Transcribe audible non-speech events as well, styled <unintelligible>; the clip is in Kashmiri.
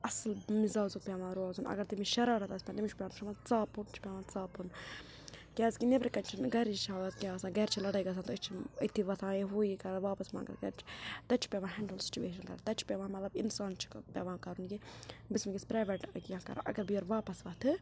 اَصٕل مِزازُک پٮ۪وان روزُن اَگَر تٔمِس شَرارَتھ آسہِ <unintelligible> تٔمِس چھِ پٮ۪وان <unintelligible> ژاپُن چھِ پٮ۪وان ژاپُن کیٛازِکہِ نیٚبرٕ کَنہِ چھِنہٕ گَرِچ حالات کیٚنٛہہ آسان گَرِ چھِ لَڑٲے گژھان تہٕ أسۍ چھِ أتھی وَتھان یا ہُہ یہِ کَران واپَس مگر گَرِ چھِ تَتہِ چھِ پٮ۪وان ہٮ۪نٛڈٕل سُچویشَن کَرٕنۍ تَتہِ چھِ پٮ۪وان مطلب اِنسان چھِ <unintelligible> پٮ۪وان کَرُن یہِ بہٕ چھَس وٕنۍکٮ۪س پرٛایویٹ کیٚنٛہہ کَران اگر بہٕ یورٕ واپَس وَتھٕ